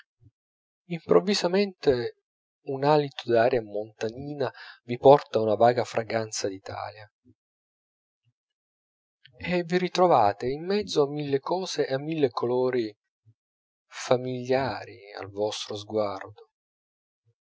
improvvisamente un alito d'aria montanina vi porta una vaga fragranza d'italia e vi ritrovate in mezzo a mille cose e a mille colori famigliari al vostro sguardo